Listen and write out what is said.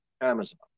Amazon